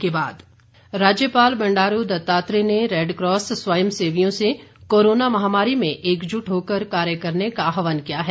राज्यपाल राज्यपाल बंडारू दत्तात्रेय ने रेडक्रॉस स्वयंसेवियों से कोरोना महामारी में एकजुट होकर कार्य करने का आहवान किया है